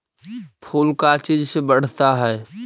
फूल का चीज से बढ़ता है?